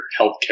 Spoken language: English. healthcare